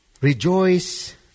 Rejoice